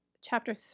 chapter